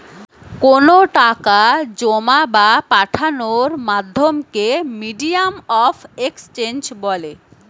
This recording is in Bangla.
কোনো টাকা জোমা বা পাঠানোর মাধ্যমকে মিডিয়াম অফ এক্সচেঞ্জ বলে